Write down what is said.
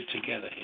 together